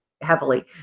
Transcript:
heavily